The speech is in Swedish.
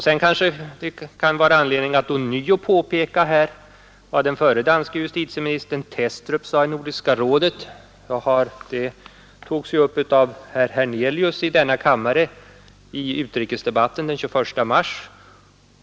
Det kanske kan vara anledning att ånyo påpeka vad förre danske justitieministern Thestrup sade i Nordiska rådet. Det togs upp av herr Hernelius i denna kammare i utrikesdebatten den 21 mars.